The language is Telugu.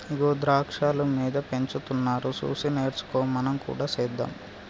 ఇగో ద్రాక్షాలు మీద పెంచుతున్నారు సూసి నేర్చుకో మనం కూడా సెద్దాం